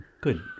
Good